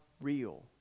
real